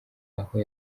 aho